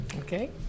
okay